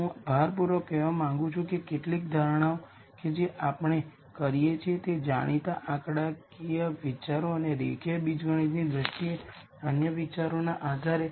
હવે ચાલો eigen vector અને કોલમ સ્પેસ વચ્ચેનું કન્નેકશન જોઈએ